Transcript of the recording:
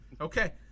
Okay